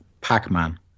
pac-man